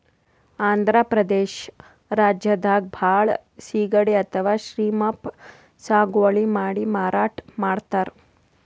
ಆಂಧ್ರ ಪ್ರದೇಶ್ ರಾಜ್ಯದಾಗ್ ಭಾಳ್ ಸಿಗಡಿ ಅಥವಾ ಶ್ರೀಮ್ಪ್ ಸಾಗುವಳಿ ಮಾಡಿ ಮಾರಾಟ್ ಮಾಡ್ತರ್